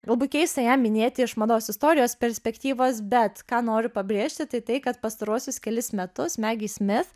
galbūt keista ją minėti iš mados istorijos perspektyvos bet ką noriu pabrėžti tai tai kad pastaruosius kelis metus megi smif